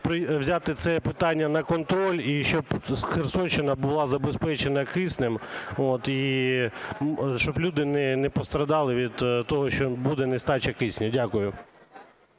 взяти це питання на контроль, і щоб Херсонщина була забезпечена киснем. І щоб люди не постраждали від того, що буде нестача кисню. Дякую.